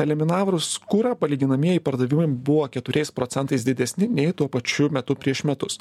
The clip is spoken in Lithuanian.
eliminavrus kurą palyginamieji pardavimai buvo keturiais procentais didesni nei tuo pačiu metu prieš metus